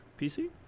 PC